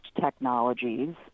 technologies